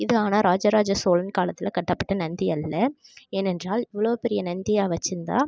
இது ஆனால் ராஜராஜ சோழன் காலத்தில் கட்டப்பட்ட நந்தி அல்ல ஏனென்றால் இவ்வளோ பெரிய நந்தியை வெச்சுருந்தா